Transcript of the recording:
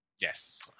Yes